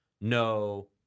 no